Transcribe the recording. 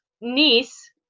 niece